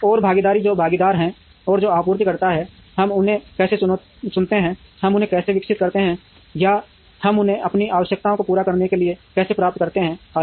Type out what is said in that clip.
और भागीदारी जो भागीदार हैं जो आपूर्तिकर्ता हैं हम उन्हें कैसे चुनते हैं हम उन्हें कैसे विकसित करते हैं या हम उन्हें अपनी आवश्यकताओं को पूरा करने के लिए कैसे प्राप्त करते हैं आदि